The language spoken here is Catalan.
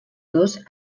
dos